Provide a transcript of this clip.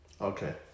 okay